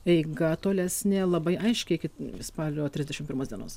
eiga tolesnė labai aiški iki spalio trisdešimt pirmos dienos